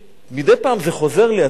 מדי פעם זה חוזר לי,